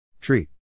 treat